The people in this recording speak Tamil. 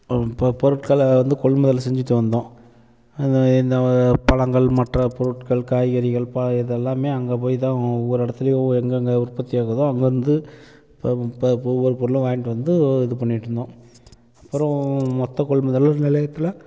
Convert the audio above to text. அவங்க பொ பொருட்களை வந்து கொள்முதல் செஞ்சிட்டு வந்தோம் அது இந்த பழங்கள் மற்ற பொருட்கள் காய்கறிகள் ப இது எல்லாமே அங்கே போய்தான் ஒவ்வொரு இடத்துலயும் எங்கங்கே உற்பத்தி ஆகுதோ அங்கேருந்து ஒவ்வொரு பொருளும் வாங்கிட்டு வந்து இது பண்ணிகிட்டு இருந்தோம் அப்பறம் மொத்த கொள்முதல் நிலையத்தில்